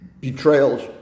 betrayals